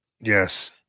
Yes